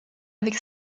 avec